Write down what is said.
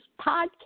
podcast